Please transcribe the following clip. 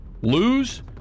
Lose